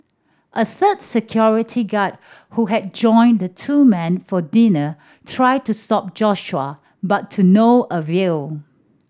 a third security guard who had joined the two men for dinner tried to stop Joshua but to no avail